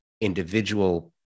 individual